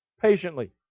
patiently